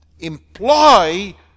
imply